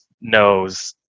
knows